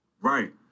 Right